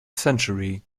century